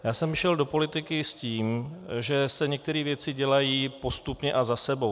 Já jsem šel do politiky s tím, že se některé věci dělají postupně a za sebou.